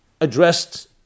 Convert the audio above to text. addressed